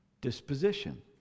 disposition